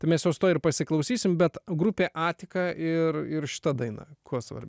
tai mes jos tuoj ir pasiklausysim bet grupė atika ir ir šita daina kuo sva